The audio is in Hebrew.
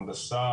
הנדסה,